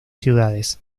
ciudades